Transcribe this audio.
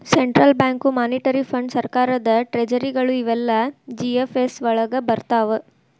central bank, monetary ಫಂಡ್.ಸರ್ಕಾರದ್ ಟ್ರೆಜರಿಗಳು ಇವೆಲ್ಲಾ ಜಿ.ಎಫ್.ಎಸ್ ವಳಗ್ ಬರ್ರ್ತಾವ